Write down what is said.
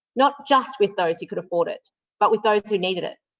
not just with those who could afford it but with those who needed it.